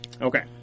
Okay